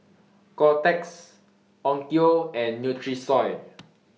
Kotex Onkyo and Nutrisoy